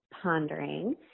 pondering